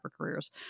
careers